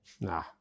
Nah